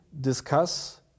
discuss